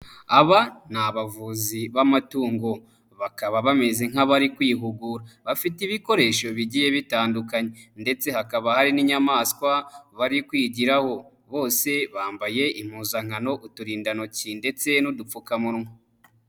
Aba ni abavuzi b'amatungo. Bakaba bameze nk'abari kwihugura. Bafite ibikoresho bigiye bitandukanye ndetse hakaba hari n'inyamaswa bari kwigiraho. Bose bambaye impuzankano, uturindantoki ndetse n'udupfukamunwa.